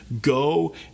go